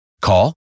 Call